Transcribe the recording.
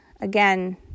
again